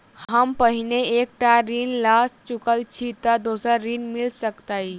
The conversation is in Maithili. हम पहिने एक टा ऋण लअ चुकल छी तऽ दोसर ऋण मिल सकैत अई?